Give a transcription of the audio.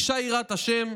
יראת ה'